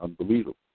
unbelievable